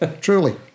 truly